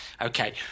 Okay